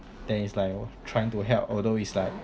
then it's like trying to help although is like